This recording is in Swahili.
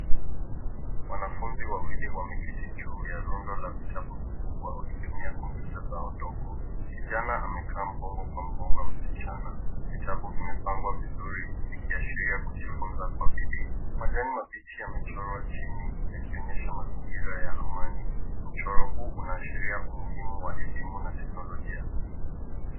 Wanafunzi wawili wameketi juu ya rundo la vitabu vikubwa wakitumia kompyuta zao ndogo. Kijana amekaa mgongo kwa mgongo ya msichana. Vitabu vimepangwa vizuri ikiashiria kujifunza kwa bidii. Majani mabichi yamechorwa chini yakionyesha mazingira ya amani. Mchoro huu unaashiria umuhimu wa elimu na teknolojia.